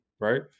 Right